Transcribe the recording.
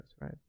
right